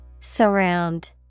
Surround